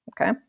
okay